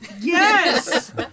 Yes